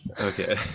Okay